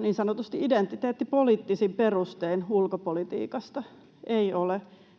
niin sanotusti identiteettipoliittisin perustein ulkopolitiikasta? Ei ole.